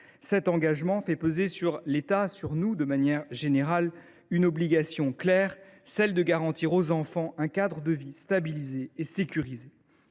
Cet engagement fait peser sur l’État, sur nous, une obligation claire, celle de garantir aux enfants un cadre de vie stable et sécurisé.